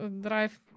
drive